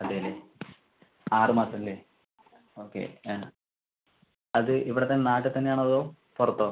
അതെ അല്ലേ ആറ് മാസം അല്ലേ ഓക്കെ ആ അത് ഇവിടത്ത നാട്ടിൽത്തന്നെ ആണോ അതോ പുറത്തോ